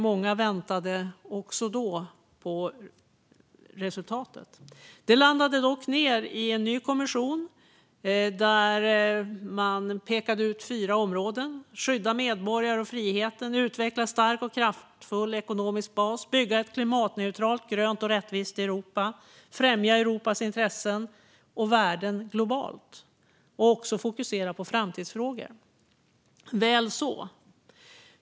Många väntade också då på resultatet. Det landade i en ny kommission som pekade ut fyra områden: skydda medborgarna och friheten, utveckla en stark och kraftfull ekonomisk bas, bygga ett klimatneutralt, grönt och rättvist Europa samt främja Europas intressen och värden globalt. Dessutom ska man fokusera på framtidsfrågor. Väl så.